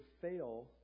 fail